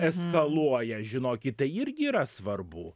eskaluoja žinokit tai irgi yra svarbu